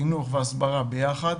חינוך והסברה ביחד,